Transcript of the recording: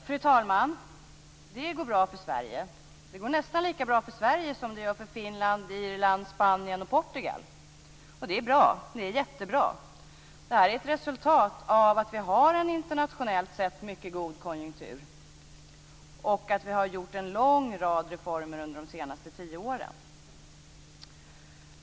Fru talman! Det går bra för Sverige. Det går nästan lika bra för Sverige som det gör för Finland, Irland, Spanien och Portugal. Och det är bra, jättebra. Det här är ett resultat av att vi har en internationellt sett mycket god konjunktur och att vi har genomfört en lång rad reformer under de senaste tio åren.